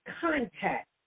contact